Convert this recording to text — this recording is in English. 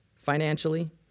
financially